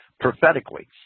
prophetically